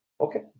Okay